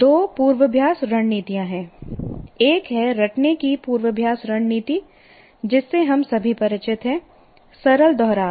दो पूर्वाभ्यास रणनीतियाँ हैं एक है रटने की पूर्वाभ्यास रणनीति जिससे हम सभी परिचित हैं सरल दोहराव